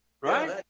Right